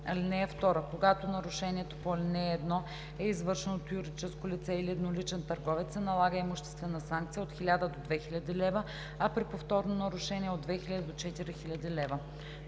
лв. (2) Когато нарушението по ал. 1 е извършено от юридическо лице или едноличен търговец, се налага имуществена санкция от 1000 до 2000 лв., а при повторно нарушение – от 2000 до 4000 лв.“